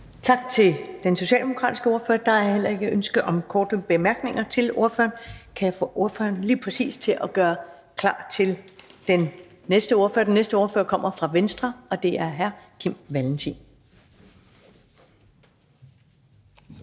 Tak til den socialdemokratiske ordfører. Der er heller ikke ønske om korte bemærkninger til ordføreren. Kan jeg få ordføreren til at gøre klar til den næste ordfører? Lige præcis. Den næste ordfører kommer fra Venstre, og det er hr. Kim Valentin.